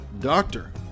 doctor